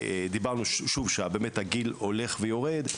דיברנו שוב שהגיל הולך ויורד,